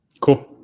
cool